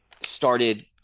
started